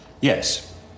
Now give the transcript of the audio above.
Yes